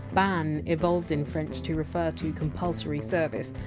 ban! evolved in french to refer to compulsory service,